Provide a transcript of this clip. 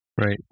Right